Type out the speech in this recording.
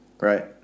Right